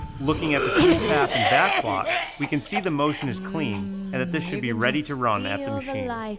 looking at the toolpath in backplot, we can see the motion is clean and that this should be ready to run at the machine.